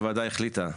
הוועדה החליטה,